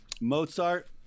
Mozart